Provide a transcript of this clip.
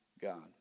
God